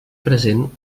present